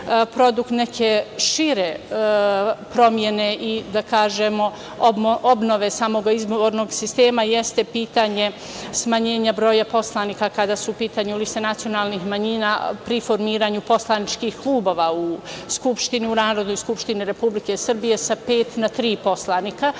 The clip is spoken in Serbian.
produkt neke šire promene i da kažemo obnove samog izbornog sistema, jeste pitanje smanjenja broja poslanika kada su u pitanju liste nacionalnih manjina, pri formiranju poslaničkih klubova u Skupštini, u Narodnoj skupštini Republike Srbije sa pet na tri posto